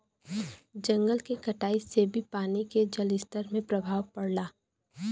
जंगल के कटाई से भी पानी के जलस्तर में प्रभाव पड़ला